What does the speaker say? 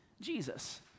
Jesus